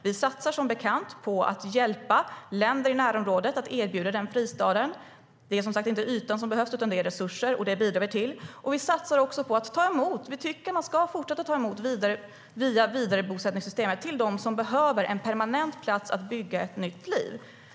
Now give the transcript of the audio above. Vi satsar som bekant på att hjälpa länder i närområdet att erbjuda den fristaden. Det är inte ytan som behövs utan resurser, och det bidrar vi till. Vi satsar också på att ta emot. Vi tycker att Sverige ska fortsätta att via vidarebosättningssystemet ta emot dem som behöver en permanent plats för att bygga ett nytt liv.